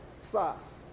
sauce